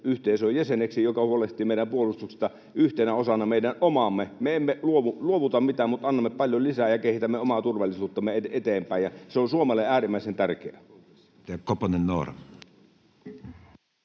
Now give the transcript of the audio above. yhteisöön jäseneksi, joka huolehtii meidän puolustuksesta yhtenä osana meidän omaamme. Me emme luovuta mitään, mutta annamme paljon lisää ja kehitämme omaa turvallisuuttamme eteenpäin, ja se on Suomelle äärimmäisen tärkeää.